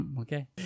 Okay